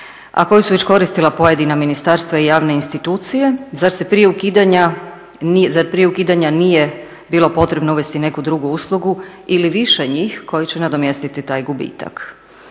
koji su već koristila pojedina ministarstva i javne institucije, zar prije ukidanja nije bilo potrebno uvesti neku drugu uslugu ili više njih koje će nadomjestiti taj gubitak?